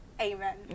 Amen